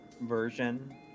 version